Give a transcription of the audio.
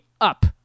up